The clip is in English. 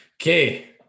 Okay